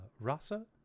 Rasa